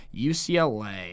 UCLA